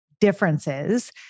differences